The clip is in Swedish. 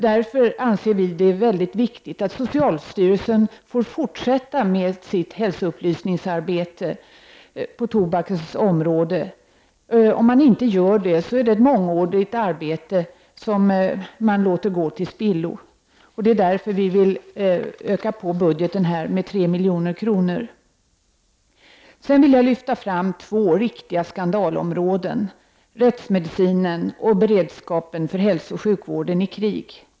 Därför anser vi det vara väldigt viktigt att socialstyrelsen får fortsätta med sitt hälsoupplysningsarbete när det gäller tobakens område. Om man inte gör det, låter man ett mångårigt arbete gå till spillo. Vi vill därför öka på budgeten med 3 milj.kr. Jag vill vidare lyfta fram två riktiga skandalområden, rättsmedicinen och beredskapen för hälsooch sjukvården i krig.